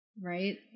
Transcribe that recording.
right